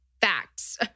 facts